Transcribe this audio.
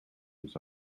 his